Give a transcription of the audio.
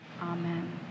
Amen